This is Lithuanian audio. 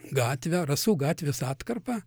gatvę rasų gatvės atkarpą